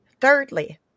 Thirdly